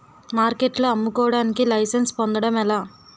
మార్కెట్లో అమ్ముకోడానికి లైసెన్స్ పొందడం ఎలా?